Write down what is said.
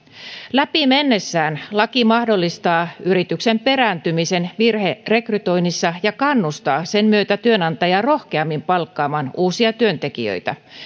läpi mennessään laki mahdollistaa yrityksen perääntymisen virherekrytoinnissa ja kannustaa sen myötä työnantajaa rohkeammin palkkaamaan uusia työntekijöitä